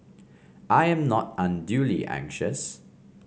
I am not unduly anxious